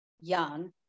young